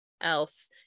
else